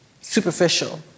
superficial